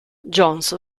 jones